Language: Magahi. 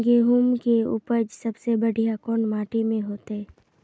गेहूम के उपज सबसे बढ़िया कौन माटी में होते?